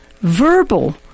Verbal